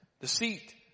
deceit